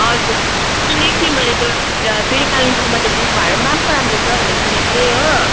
हजुर सुनेको थिएँ मैले त्यो त्यो फेरि कालिम्पोङमा त गुम्बाहरूमा पनि राम्रो छ भनेर सुनेको थिएँ हो